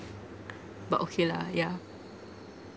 but okay lah yeah